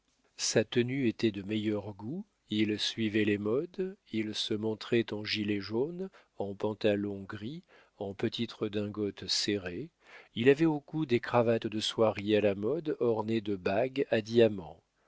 sa tenue était de meilleur goût il suivait les modes il se montrait en gilet jaune en pantalon gris en petites redingotes serrées il avait au cou des cravates de soieries à la mode ornées de bagues à diamants